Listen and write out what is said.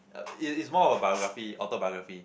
uh it is more of a biography autobiography